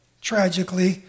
tragically